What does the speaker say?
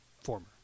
Former